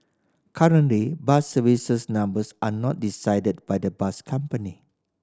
currently bus service numbers are not decided by the bus company